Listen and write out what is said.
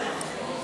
התשע"ה 2015,